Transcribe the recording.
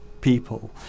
people